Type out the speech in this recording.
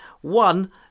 One